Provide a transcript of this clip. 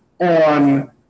on